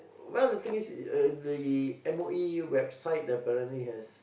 well the thing is uh the M_O_E website apparently has